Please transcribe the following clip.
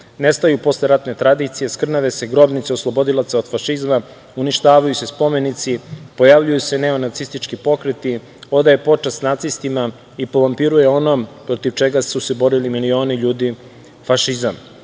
nestaju posleratne tradicije, skrnave se grobnice oslobodilaca od fašizma, uništavaju se spomenici, pojavljuju se neonacistički pokreti, odaje počast nacistima i povampiruje ono protiv čega su se borili milioni ljudi, fašizam.